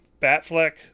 Batfleck